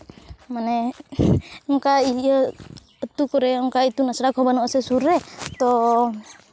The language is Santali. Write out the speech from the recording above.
ᱢᱟᱱᱮ ᱚᱱᱠᱟ ᱤᱭᱟᱹ ᱟᱹᱛᱩ ᱠᱚᱨᱮ ᱚᱱᱠᱟ ᱤᱛᱩᱱ ᱟᱥᱲᱟ ᱠᱚᱦᱚᱸ ᱵᱟᱹᱱᱩᱜ ᱟᱥᱮ ᱥᱩᱨ ᱨᱮ ᱛᱚ